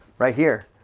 right here.